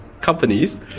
companies